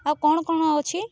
ଆଉ କ'ଣ କ'ଣ ଅଛି